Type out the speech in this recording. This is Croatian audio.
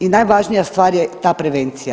I najvažnija stvar je ta prevencija.